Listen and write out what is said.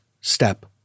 step